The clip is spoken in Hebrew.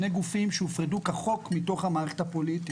אלו שני גופים שהופרדו כחוק מתוך המערכת הפוליטית,